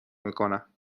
میکنم